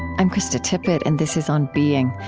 i'm krista tippett, and this is on being.